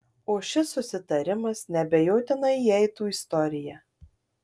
o šis susitarimas neabejotinai įeitų į istoriją